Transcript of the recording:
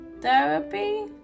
therapy